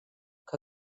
que